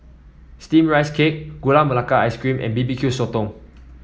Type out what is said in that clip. steamed Rice Cake Gula Melaka Ice Cream and B B Q Sotong